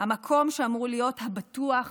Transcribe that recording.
המקום שאמור להיות הבטוח